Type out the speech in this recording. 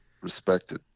respected